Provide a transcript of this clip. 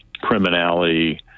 criminality